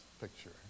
picture